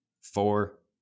four